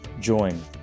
join